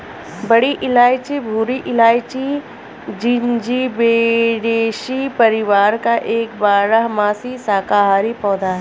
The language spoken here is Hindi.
बड़ी इलायची भूरी इलायची, जिंजिबेरेसी परिवार का एक बारहमासी शाकाहारी पौधा है